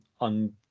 on